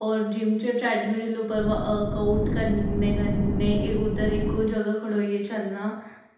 होर जिम्म च ट्रैडमील उप्पर बर्क आउट करने कन्नै उद्धर इक्को जगह खड़ोइयै चलना